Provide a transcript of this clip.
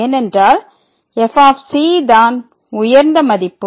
ஏனென்றால் f தான் உயர்ந்த மதிப்பு